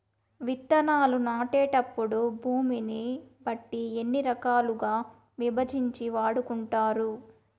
విత్తనాలు నాటేటప్పుడు భూమిని బట్టి ఎన్ని రకాలుగా విభజించి వాడుకుంటారు?